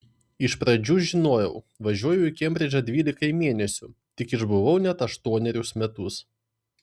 iš pradžių žinojau važiuoju į kembridžą dvylikai mėnesių tik išbuvau net aštuonerius metus